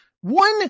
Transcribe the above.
one